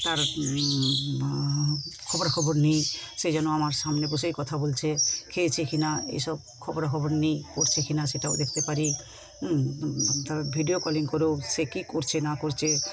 তার খবরা খবর নিই সে যেন আমার সামনে বসেই কথা বলছে খেয়েছে কিনা এসব খবরা খবর নিই পড়ছে কিনা সেটাও দেখতে পারি ভিডিও কলিং করেও সে কি করছে না করছে